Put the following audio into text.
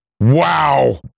Wow